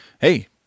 hey